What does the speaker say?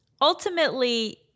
Ultimately